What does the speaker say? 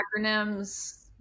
acronyms